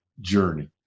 journey